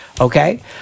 okay